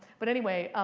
but anyway,